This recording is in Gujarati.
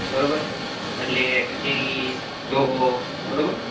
બરોબર એટલે કે ટેલી જોહો બરોબર